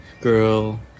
girl